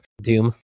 Doom